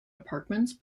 apartments